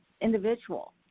individual